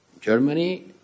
Germany